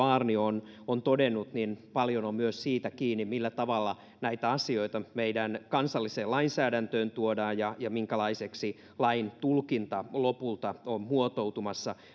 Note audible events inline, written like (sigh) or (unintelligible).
(unintelligible) aarnio on on todennut paljon on myös siitä kiinni millä tavalla näitä asioita meidän kansalliseen lainsäädäntöön tuodaan ja ja minkälaiseksi lain tulkinta lopulta muotoutuu